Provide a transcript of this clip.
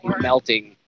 melting